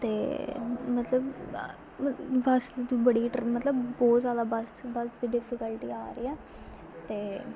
ते मतलब बस्स बिच बड़ी मतलब बहोत जादा बस्स च डिफीकल्टी आ दी ऐ ते